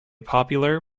popular